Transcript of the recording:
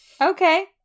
Okay